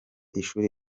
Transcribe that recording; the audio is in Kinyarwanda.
ishuri